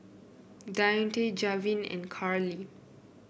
Dionte Javen and Karley